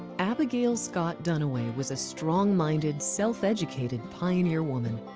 abigail scott duniway was a strong minded, self educated pioneer woman.